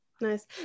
nice